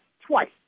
twice